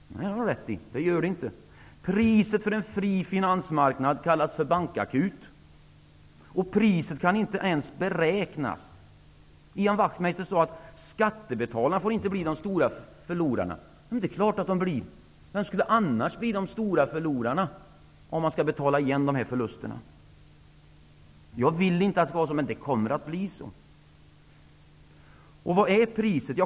Nej, det gör det inte; det har de rätt i. Priset för en fri finansmarknad kallas för bankakut. Det priset kan inte ens beräknas. Ian Wachmeister sade att skattebetalarna inte får bli de stora förlorarna. Det är klart att de blir -- vilka skulle annars bli de stora förlorarna om de här förlusterna skall betalas? Jag vill inte att det skall vara så, men det kommer att bli så. Vad är då priset?